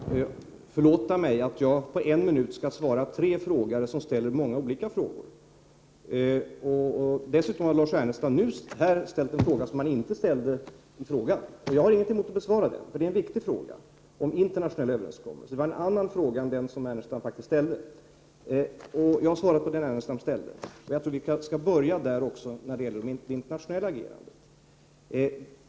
Herr talman! Lars Ernestam får nog förlåta mig. Jag skall på en minut besvara många olika frågor som ställts av tre frågeställare. Dessutom har Lars Ernestam nu ställt en fråga som inte ställdes i den skriftliga frågan. Jag har ingenting emot att besvara den, eftersom frågan om internationella överenskommelser är viktig. Men det är en annan fråga än den som Lars Ernestam faktiskt ställde från början. Jag skall emellertid svara på frågan som Lars Ernestam ställde. Jag tror också att vi skall börja med det internationella agerandet.